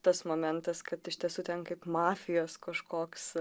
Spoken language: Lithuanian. tas momentas kad iš tiesų ten kaip mafijos kažkoks